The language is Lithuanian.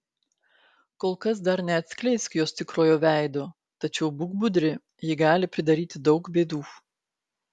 kol kas dar neatskleisk jos tikrojo veido tačiau būk budri ji gali pridaryti daug bėdų